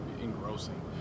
engrossing